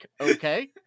okay